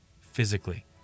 physically